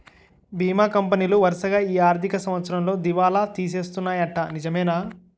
బీమా కంపెనీలు వరసగా ఈ ఆర్థిక సంవత్సరంలో దివాల తీసేస్తన్నాయ్యట నిజమేనా